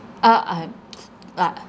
uh I've like